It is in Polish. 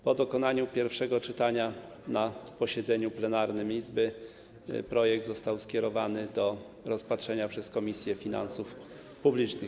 Po dokonaniu pierwszego czytania na posiedzeniu plenarnym Izby projekt został skierowany do rozpatrzenia przez Komisję Finansów Publicznych.